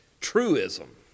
truism